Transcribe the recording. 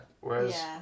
whereas